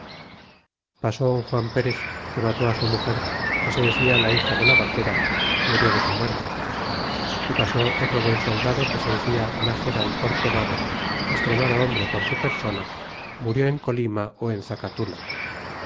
pasó un juan perez que maté á su muger que se decia la hija de la vaquera murió de su muerte y pasó otro buen soldado que se decia naxera el corcobado estremado hombre por su persona murió en colima ó en